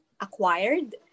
acquired